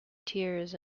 tears